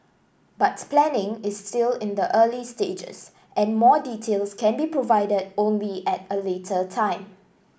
but planning is still in the early stages and more details can be provided only at a later time